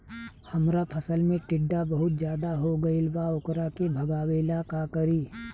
हमरा फसल में टिड्डा बहुत ज्यादा हो गइल बा वोकरा के भागावेला का करी?